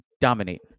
dominate